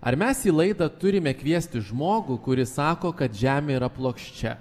ar mes į laidą turime kviesti žmogų kuris sako kad žemė yra plokščia